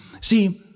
See